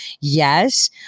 Yes